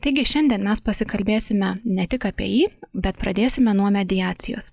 taigi šiandien mes pasikalbėsime ne tik apie jį bet pradėsime nuo mediacijos